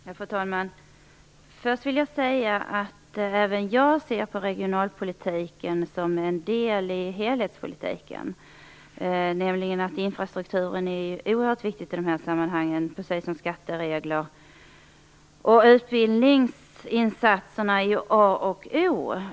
Fru talman! Först vill jag säga att även jag ser på regionalpolitiken som en del i helhetspolitiken, nämligen så att infrastrukturen är oerhört viktig i det här sammanhanget, precis som skattereglerna och utbildningsinsatserna är A och O.